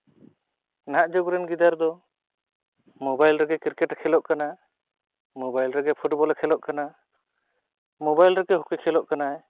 ᱱᱟᱦᱟᱜ ᱡᱩᱜᱽ ᱨᱮᱱ ᱜᱤᱫᱟᱹᱨ ᱫᱚ ᱢᱳᱵᱟᱭᱤᱞ ᱨᱮᱜᱮ ᱠᱨᱤᱠᱮᱴᱮ ᱠᱷᱮᱹᱞᱳᱜ ᱠᱟᱱᱟ ᱢᱳᱵᱟᱭᱤᱞ ᱨᱮᱜᱮ ᱯᱷᱩᱴᱵᱚᱞᱮ ᱠᱷᱮᱹᱞᱳᱜ ᱠᱟᱱᱟ ᱢᱳᱵᱟᱭᱤᱞ ᱨᱮᱜᱮ ᱦᱚᱠᱤ ᱠᱷᱮᱞᱳᱜ ᱠᱟᱱᱟᱭ